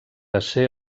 esser